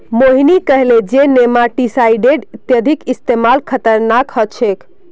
मोहिनी कहले जे नेमाटीसाइडेर अत्यधिक इस्तमाल खतरनाक ह छेक